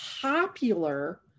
popular